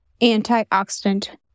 antioxidant